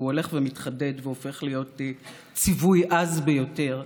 והוא הולך ומתחדד והופך להיות ציווי עז ביותר,